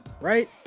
right